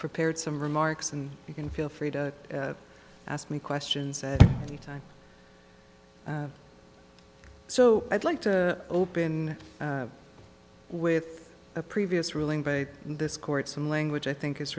prepared some remarks and you can feel free to ask me questions at any time so i'd like to open with a previous ruling by this court some language i think is